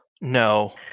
No